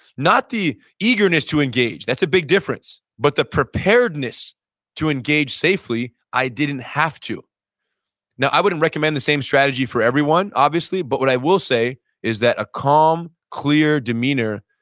not the eagerness to engage, that's the big difference, but the preparedness to engage safely, i didn't have to i wouldn't recommend the same strategy for everyone obviously, but what i will say is that a calm, clear demeanor,